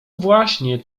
właśnie